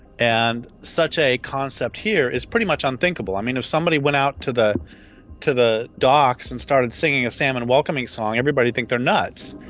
and such a concept here is pretty much unthinkable. i mean, if somebody went out to the to the docks and started singing a salmon welcoming song, everybody'd think they're nuts.